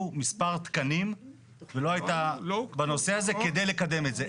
מספר תקנים ולא הייתה בנושא הזה כדי לקדם את זה.